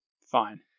Fine